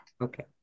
Okay